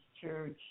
Church